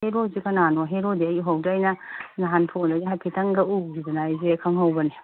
ꯍꯦꯔꯣꯗꯤ ꯀꯅꯥꯅꯣ ꯍꯦꯔꯣꯗꯤ ꯑꯩ ꯎꯍꯧꯗ꯭ꯔꯦ ꯑꯩꯅ ꯅꯍꯥꯟ ꯐꯣꯟꯗꯒꯤ ꯍꯥꯏꯐꯦꯠꯇꯪꯒ ꯎꯈꯤꯗꯅ ꯑꯩꯁꯦ ꯈꯪꯍꯧꯕꯅꯤ